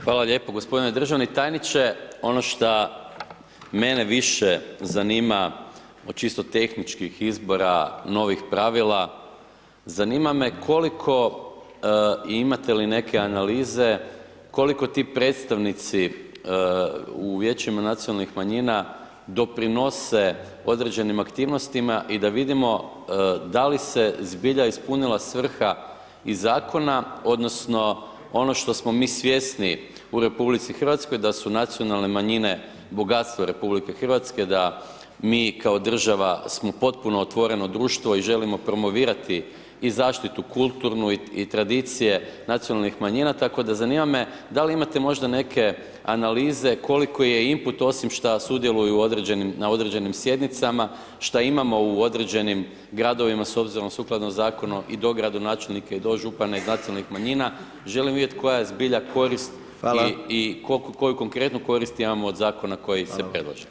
Hvala lijepo. g. Državni tajniče, ono šta mene više zanima od čisto tehničkih izbora novih pravila, zanima me koliko, imate li neke analize, koliko ti predstavnici u vijećima nacionalnih manjina doprinose određenim aktivnostima i da vidimo da li se zbilja ispunila svrha iz zakona odnosno ono što smo mi svjesni u RH da su nacionalne manjine bogatstvo RH, da mi kao država smo potpuno otvoreno društvo i želimo promovirati i zaštitu kulturnu i tradicije nacionalnih manjina, tako da, zanima me da li imate možda neke analize koliko je input osim šta sudjeluju na određenim sjednicama, šta imamo u određenim gradovima s obzirom sukladno zakonu i dogradonačenika i dožupana iz nacionalnih manjina, želim vidjeti koja je zbilja korist [[Upadica: Hvala]] i koliko, koji konkretno koristi imamo od zakona koji se predlaže.